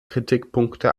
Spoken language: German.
kritikpunkte